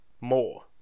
more